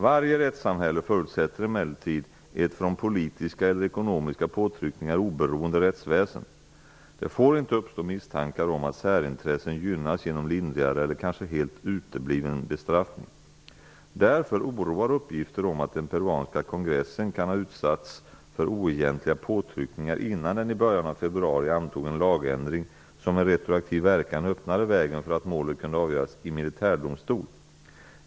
Varje rättssamhälle förutsätter emellertid ett från politiska eller ekonomiska påtryckningar oberoende rättsväsen. Det får inte uppstå misstankar om att särintressen gynnas genom lindrigare eller kanske helt utebliven bestraffning! Därför oroar uppgifter om att den peruanska kongressen kan ha utsatts för oegentliga påtryckningar innan den i början av februari antog en lagändring som med retroaktiv verkan öppnade vägen för att målet kunde avgöras i militärdomstol.